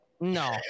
No